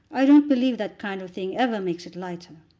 i don't believe that kind of thing ever makes it lighter.